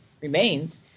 remains